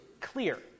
clear